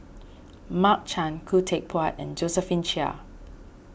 Mark Chan Khoo Teck Puat Josephine Chia